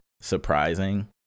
surprising